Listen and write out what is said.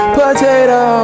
potato